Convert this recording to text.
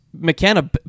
McKenna